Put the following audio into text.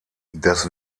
das